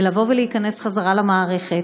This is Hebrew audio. ולבוא ולהיכנס חזרה למערכת.